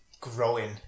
growing